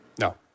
No